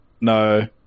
No